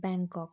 Bangkok